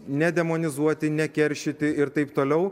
nedemonizuoti nekeršyti ir taip toliau